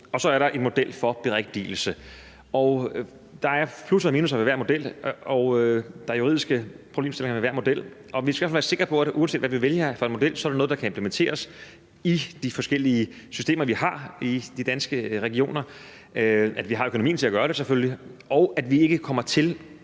og så er der en model for berigtigelse. Der er plusser og minusser ved hver model, og der er juridiske problemstillinger ved hver model, og vi skal i hvert fald være sikre på, at uanset hvad vi vælger for en model, er det noget, der kan implementeres i de forskellige systemer, vi har i de danske regioner, at vi selvfølgelig har økonomien til at gøre det, og at vi ikke kommer til